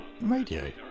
radio